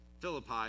Philippi